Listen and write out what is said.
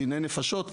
דיני נפשות,